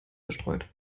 bestreut